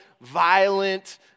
violent